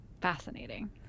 fascinating